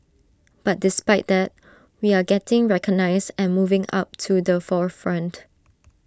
but despite that we are getting recognised and moving up to the forefront